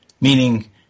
meaning